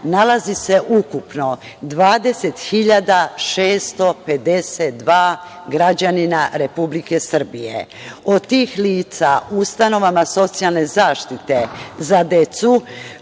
nalazi se ukupno 20.652 građanina Republike Srbije. Od tih lica, ustanovama socijalne zaštite za decu